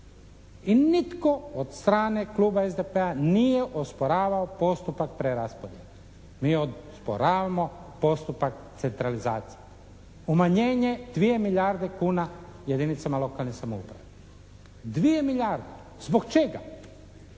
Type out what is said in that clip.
I nitko od strane kluba SDP-a nije osporavao postupak preraspodjele. Mi osporavamo postupak centralizacije. Umanjenje 2 milijarde kuna jedinicama lokalne samouprave. Zbog čega?